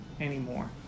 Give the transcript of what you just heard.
anymore